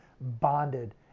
bonded